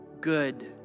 good